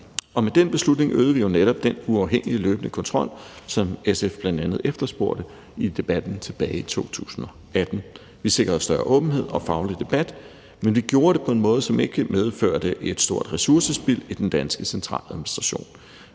Med den beslutning øgede vi jo netop den uafhængige løbende kontrol, som SF bl.a. efterspurgte i debatten tilbage i 2018. Vi sikrede større åbenhed og faglig debat, men vi gjorde det på en måde, som ikke medførte et stort ressourcespild i den danske centraladministration.